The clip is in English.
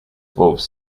wolves